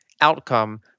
outcome